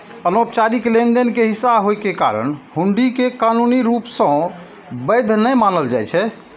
अनौपचारिक लेनदेन के हिस्सा होइ के कारण हुंडी कें कानूनी रूप सं वैध नै मानल जाइ छै